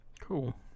cool